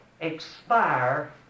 expire